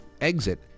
exit